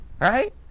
right